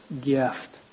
gift